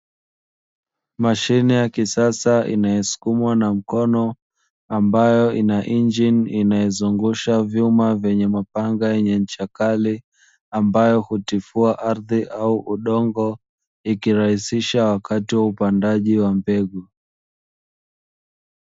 Mashine ya kisasa inayosukumwa na mkono, ambayo ina injini inayozungusha vyuma vyenye mapanga yenye ncha kali, ambayo hutifua ardhi au udongo, ikirahisisha wakati wa upandaji wa mbegu.